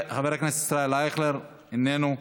חבר הכנסת ישראל אייכלר, איננו.